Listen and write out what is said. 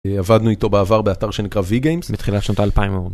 עבדנו איתו בעבר באתר שנקרא ויגיימס מתחילת שנות האלפיים המוקדמות